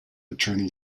attorney